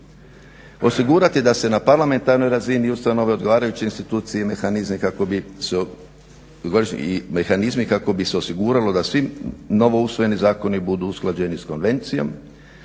osigurati da se na parlamentarnoj razini ustanove odgovarajuće institucije i mehanizmi kako bi se osiguralo da svim novo usvojeni zakoni budu usklađeni s konvencijom,